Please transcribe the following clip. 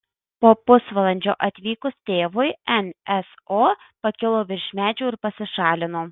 po pusvalandžio atvykus tėvui nso pakilo virš medžių ir pasišalino